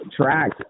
track